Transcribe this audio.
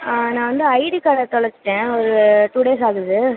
நான் வந்து ஐடி கார்டை தொலைச்சிட்டேன் ஒரு டூ டேஸ் ஆகுது